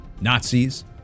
Nazis